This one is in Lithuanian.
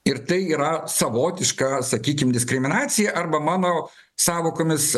ir tai yra savotiška sakykim diskriminacija arba mano sąvokomis